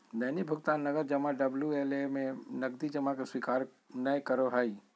दैनिक भुकतान नकद जमा डबल्यू.एल.ए में नकदी जमा के स्वीकार नय करो हइ